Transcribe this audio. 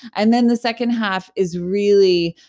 and then the second half is really,